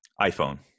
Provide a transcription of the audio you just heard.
iPhone